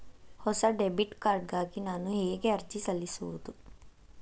ಹೊಸ debit card ಗಾಗಿ ನಾನು ಹೇಗೆ ಅರ್ಜಿ ಸಲ್ಲಿಸುವುದು?